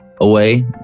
away